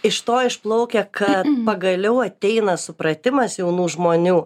iš to išplaukia kad pagaliau ateina supratimas jaunų žmonių